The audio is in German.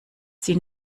sie